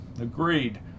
Agreed